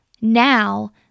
Now